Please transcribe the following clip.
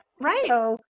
Right